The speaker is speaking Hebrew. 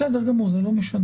בסדר גמור, זה לא משנה.